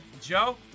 Joe